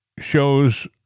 shows